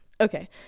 okay